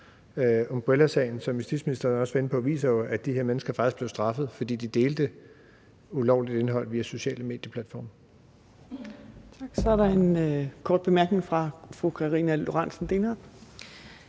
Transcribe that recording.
Umbrellasagen, som justitsministeren også var inde på, viser, at de her mennesker faktisk blev straffet, fordi de delte ulovligt indhold via sociale medieplatforme. Kl. 15:11 Fjerde næstformand (Trine